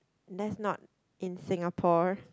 that's not in Singapore